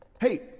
Hey